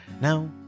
Now